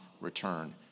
return